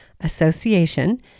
Association